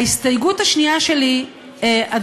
ההסתייגות השנייה שלי נוגעת,